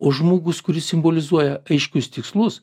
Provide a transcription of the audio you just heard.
o žmogus kuris simbolizuoja aiškius tikslus